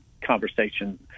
conversation